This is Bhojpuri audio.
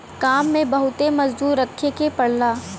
काम में बहुते मजदूर रखे के पड़ला